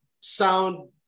sound